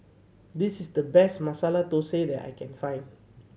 this is the best Masala Thosai that I can find